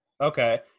Okay